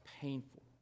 painful